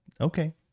okay